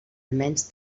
almenys